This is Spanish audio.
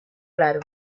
claro